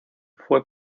fue